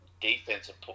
defensive